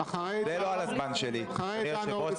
אבל כחול לבן לא לקחה על עצמה ולו תפקיד אחד שקשור למאבק בקורונה.